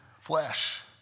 flesh